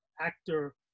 actor